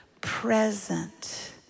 present